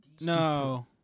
No